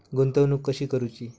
गुंतवणूक कशी करूची?